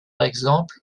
exemple